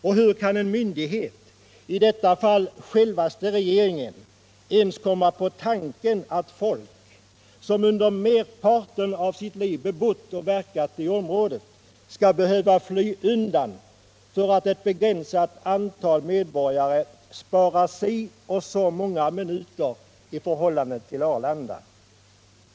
Och hur kan = Stockholmsregioen myndighet — i detta fall självaste regeringen — ens komma på tanken = nen att folk som under merparten av sitt liv bott och verkat i detta område skall behöva fly undan för att ett begränsat antal medborgare spar så och så många minuter i förhållande till Arlanda?